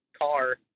car